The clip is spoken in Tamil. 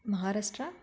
மஹாராஷ்டிரா